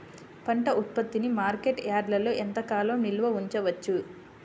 పంట ఉత్పత్తిని మార్కెట్ యార్డ్లలో ఎంతకాలం నిల్వ ఉంచవచ్చు?